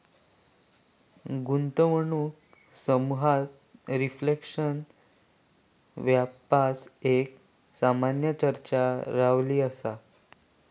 गुंतवणूक समुहात रिफ्लेशन व्यापार एक सामान्य चर्चा रवली असा